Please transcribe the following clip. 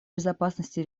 безопасности